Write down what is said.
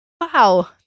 wow